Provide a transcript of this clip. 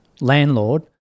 landlord